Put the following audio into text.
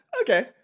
okay